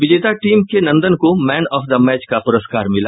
विजेता टीम के नंदन को मैन ऑफ द मैच का प्रस्कार मिला